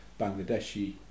Bangladeshi